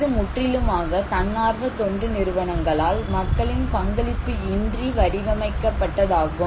இது முற்றிலுமாக தன்னார்வ தொண்டு நிறுவனங்களால் மக்களின் பங்களிப்பு இன்றி வடிவமைக்கப்பட்ட தாகும்